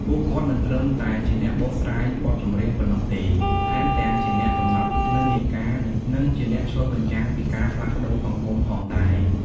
ពួកគាត់មិនត្រឹមតែជាអ្នកបកស្រាយបទចម្រៀងប៉ុណ្ណោះទេ ថែមទាំងជាអ្នកកំណត់និន្នាការ និងជាអ្នកឆ្លុះបញ្ចាំងពីការផ្លាស់ប្តូរសង្គមផងដែរ។